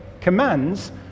commands